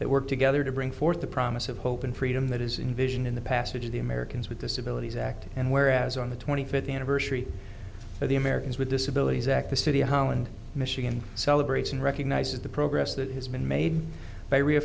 that work together to bring forth the promise of hope and freedom that is in vision in the passage of the americans with disabilities act and where as on the twenty fifth anniversary of the americans with disabilities act the city of holland michigan celebrates and recognizes the progress that has been made by r